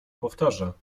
powtarza